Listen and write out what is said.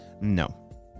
No